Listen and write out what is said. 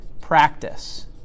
practice